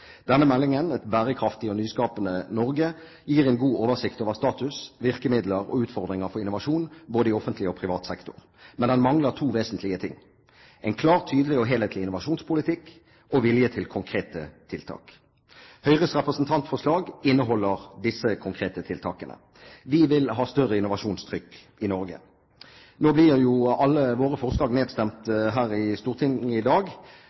Denne meldingen, Et nyskapende og bærekraftig Norge, gir en god oversikt over status, virkemidler og utfordringer for innovasjon både i offentlig og privat sektor. Men den mangler to vesentlige ting: en klar, tydelig og helhetlig innovasjonspolitikk og vilje til konkrete tiltak. Høyres representantforslag inneholder en rekke konkrete tiltak. Vi vil ha større innovasjonstrykk i Norge. Nå blir jo alle våre forslag nedstemt her i Stortinget i dag,